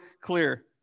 clear